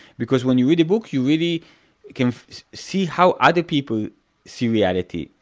because when you read a book you really can see how other people see reality,